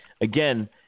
again